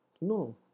No